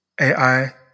AI